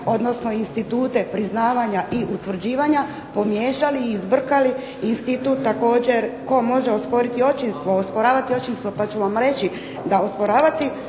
odnosno institute priznavanja i utvrđivanja pomiješali i zbrkali institut također tko može osporiti očinstvo, osporavati